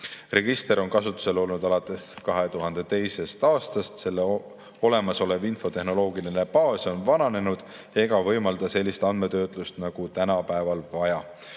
Register on kasutusel olnud alates 2002. aastast. Selle infotehnoloogiline baas on vananenud ega võimalda sellist andmetöötlust, nagu tänapäeval vaja.